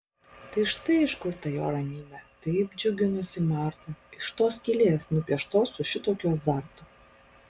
tai štai iš kur ta jo ramybė taip džiuginusi martą iš tos skylės nupieštos su šitokiu azartu